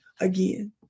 again